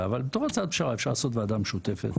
אבל אפשר גם כהצעת פשרה לעשות ועדה משותפת